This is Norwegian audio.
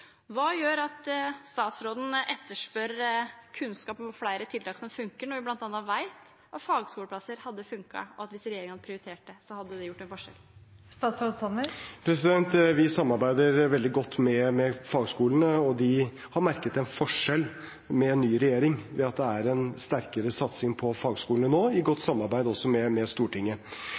Hva gjør at statsråden etterspør kunnskap om flere tiltak som funker, når vi bl.a. vet at fagskoleplasser hadde funket? Hvis regjeringen hadde prioritert det, hadde det gjort en forskjell. Vi samarbeider veldig godt med fagskolene. De har merket en forskjell under ny regjering ved at det nå er en sterkere satsing på fagskolene, i godt samarbeid også med Stortinget.